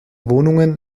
wohnungen